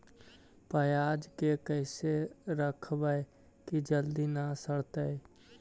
पयाज के कैसे रखबै कि जल्दी न सड़तै?